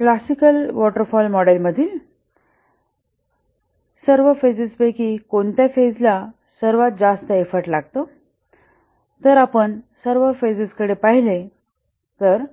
classical waterfall मॉडेलमधील सर्व फेजेजपैकी कोणत्या फेज ला सर्वात जास्त एफर्ट लागतो जर आपण सर्व फेजेजकडे पाहिले तर